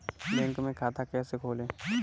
Bank में खाता कैसे खोलें?